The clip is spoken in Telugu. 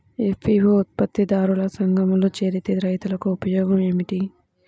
ఎఫ్.పీ.ఓ ఉత్పత్తి దారుల సంఘములో చేరితే రైతులకు ఉపయోగము ఏమిటి?